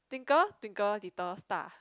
twinkle twinkle little star